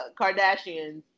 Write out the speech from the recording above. Kardashians